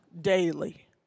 daily